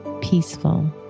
peaceful